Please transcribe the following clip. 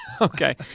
Okay